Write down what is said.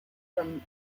from